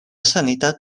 sanitat